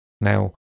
Now